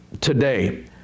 today